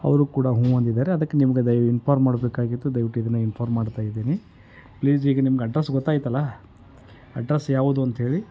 ಅವರು ಕೂಡ ಹೂಂ ಅಂದಿದ್ದಾರೆ ಅದಕ್ಕೆ ನಿಮಗೆ ದಯ ಇನ್ಫಾರ್ಮ್ ಮಾಡಬೇಕಾಗಿತ್ತು ದಯವಿಟ್ಟು ಇದನ್ನು ಇನ್ಫಾರ್ಮ್ ಮಾಡ್ತಾ ಇದ್ದೀನಿ ಪ್ಲೀಸ್ ಈಗ ನಿಮ್ಗೆ ಅಡ್ರೆಸ್ ಗೊತ್ತಾಯಿತಲ್ಲಾ ಅಡ್ರೆಸ್ ಯಾವುದು ಅಂತ್ಹೇಳಿ